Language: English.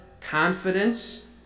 confidence